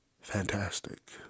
fantastic